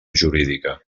jurídica